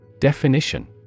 Definition